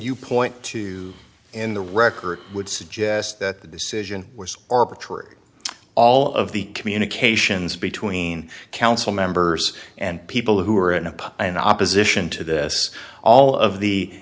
you point to in the record would suggest that the decision was arbitrary all of the communications between council members and people who were in a pub in opposition to this all of the